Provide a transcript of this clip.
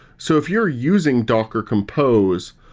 so if you're using docker compose,